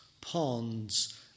ponds